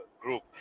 group